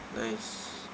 nice